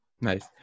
nice